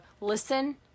listen